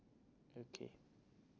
okay